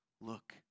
look